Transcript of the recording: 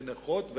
לנכות,